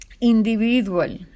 individual